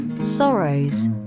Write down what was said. sorrows